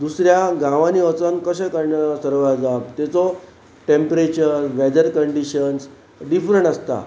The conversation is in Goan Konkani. दुसऱ्या गांवांनी वचोन कशें सर्वायव जावप तेचो टॅम्परेचर वेदर कंडीशन्स डिफरंट आसता